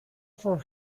for